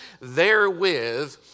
therewith